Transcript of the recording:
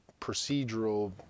procedural